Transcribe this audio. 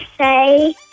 say